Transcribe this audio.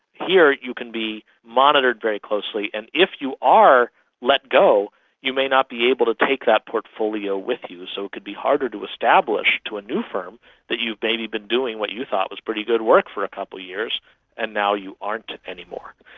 here you can be monitored very closely. and if you are let go you may not be able to take that portfolio with you, so it could be harder to establish to a new firm that you've maybe been doing what you thought was pretty good work for a couple of years and now you aren't any more.